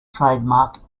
trademark